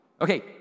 Okay